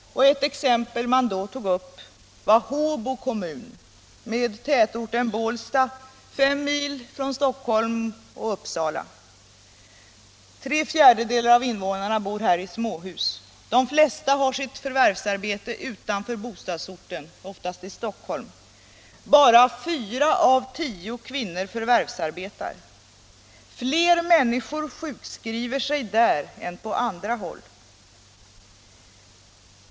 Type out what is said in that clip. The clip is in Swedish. Ett exempel man tog upp var Håbo kommun med tätorten Bålsta, 5 mil från Stockholm och Uppsala. Tre fjärdedelar av invånarna bor i småhus. De flesta har sitt förvärvsarbete utanför bostadsorten, oftast i Stockholm. Bara fyra av tio kvinnor förvärvsarbetar. Fler människor sjukskriver sig där än på andra håll.